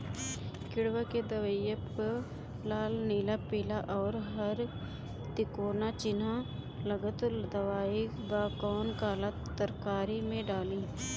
किड़वा के दवाईया प लाल नीला पीला और हर तिकोना चिनहा लगल दवाई बा कौन काला तरकारी मैं डाली?